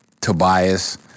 Tobias